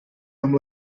amb